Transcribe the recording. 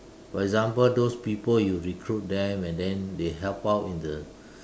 for example those people you recruit them and then they help out in the